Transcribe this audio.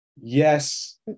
yes